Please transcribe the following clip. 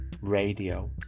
radio